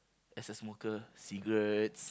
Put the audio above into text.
as a smoker cigarettes